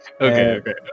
okay